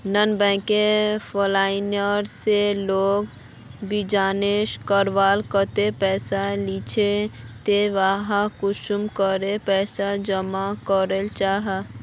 Non banking financial से लोग business करवार केते पैसा लिझे ते वहात कुंसम करे पैसा जमा करो जाहा?